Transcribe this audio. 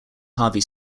harvey